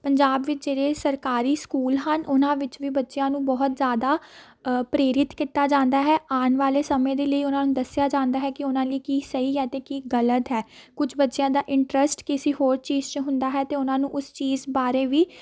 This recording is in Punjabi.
ਪੰਜਾਬ ਵਿੱਚ ਜਿਹੜੇ ਸਰਕਾਰੀ ਸਕੂਲ ਹਨ ਉਹਨਾਂ ਵਿੱਚ ਵੀ ਬੱਚਿਆਂ ਨੂੰ ਬਹੁਤ ਜ਼ਿਆਦਾ ਪ੍ਰੇਰਿਤ ਕੀਤਾ ਜਾਂਦਾ ਹੈ ਆਉਣ ਵਾਲੇ ਸਮੇਂ ਦੇ ਲਈ ਉਹਨਾਂ ਨੂੰ ਦੱਸਿਆ ਜਾਂਦਾ ਹੈ ਕਿ ਉਹਨਾਂ ਲਈ ਕੀ ਸਹੀ ਹੈ ਅਤੇ ਕੀ ਗਲਤ ਹੈ ਕੁਝ ਬੱਚਿਆਂ ਦਾ ਇੰਟਰਸਟ ਕਿਸੀ ਹੋਰ ਚੀਜ਼ 'ਚ ਹੁੰਦਾ ਹੈ ਅਤੇ ਉਹਨਾਂ ਨੂੰ ਉਸ ਚੀਜ਼ ਬਾਰੇ ਵੀ